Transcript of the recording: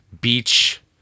beach